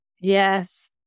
yes